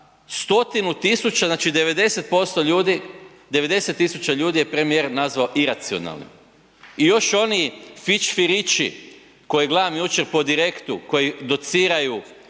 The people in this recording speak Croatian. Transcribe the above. stotinu tisuća, znači 90% ljudi, 90 tisuća ljudi je premijer nazvao iracionalnim. I još oni fićfirići koje gledam jučer po Direktu, koji dociraju